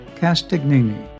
Castagnini